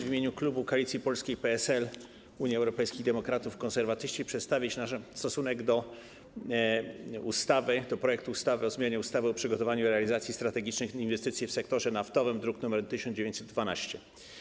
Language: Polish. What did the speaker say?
W imieniu klubu Koalicja Polska - PSL, Unia Europejskich Demokratów, Konserwatyści mam zaszczyt przedstawić nasz stosunek wobec projektu ustawy o zmianie ustawy o przygotowaniu i realizacji strategicznych inwestycji w sektorze naftowym, druk nr 1912.